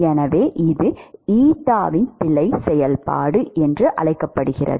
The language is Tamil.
எனவே இது எட்டாவின் பிழைச் செயல்பாடு என்று அழைக்கப்படுகிறது